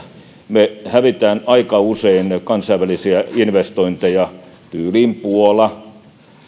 me häviämme aika usein kansainvälisiä investointeja maille tyyliin puola